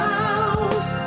House